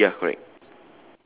three ya correct